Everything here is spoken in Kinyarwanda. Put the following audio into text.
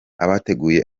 abateguye